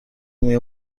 موی